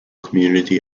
community